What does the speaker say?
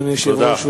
אדוני היושב-ראש,